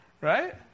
right